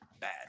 bad